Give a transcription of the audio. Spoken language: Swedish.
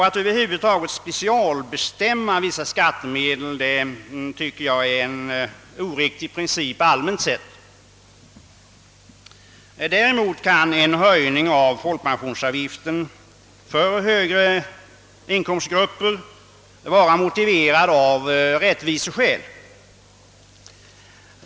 Att specialbestämma vissa skattemedel tycker jag är en oriktig princip, allmänt sett. Däremot kan en höjning av folkpensionsavgiften för större inkomsttagare vara motiverad av rättviseskäl.